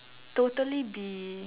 totally be